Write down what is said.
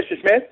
Smith